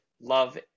love